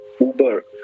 Uber